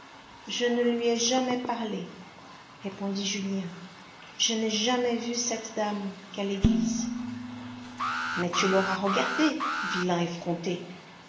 je ne lui ai jamais parlé répondit julien je n'ai jamais vu cette dame qu'à l'église mais tu l'auras regardée vilain effronté